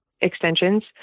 extensions